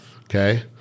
Okay